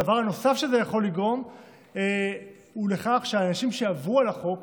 דבר נוסף הוא שזה יכול לגרום לכך שאנשים שעברו על החוק